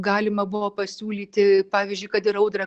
galima buvo pasiūlyti pavyzdžiui kad ir audrą